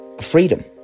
freedom